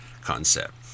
concept